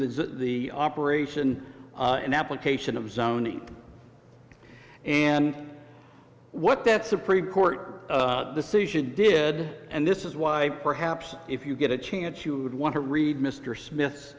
the operation and application of zoning and what that supreme court decision did and this is why perhaps if you get a chance you would want to read mr smith